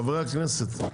חברי הכנסת,